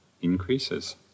increases